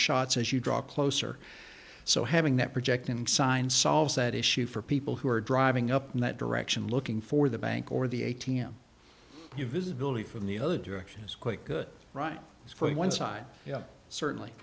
shots as you draw closer so having that projecting sign solves that issue for people who are driving up in that direction looking for the bank or the a t m you visibility from the other direction is quite good right for one side certainly